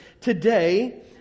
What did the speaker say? today